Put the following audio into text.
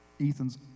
Ethan's